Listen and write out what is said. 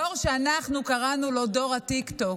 הדור שאנחנו קראנו לו "דור הטיקטוק",